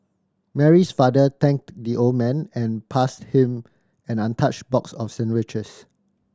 Mary's father thanked the old man and passed him an untouched box of sandwiches